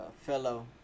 fellow